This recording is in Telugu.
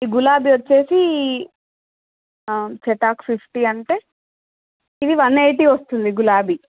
గులాబీ వచ్చేసి చెటాకు ఫిఫ్టీ అంటే ఇది వన్ ఎయిటీ వస్తుంది గులాబీ